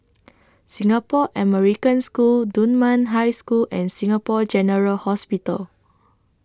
Singapore American School Dunman High School and Singapore General Hospital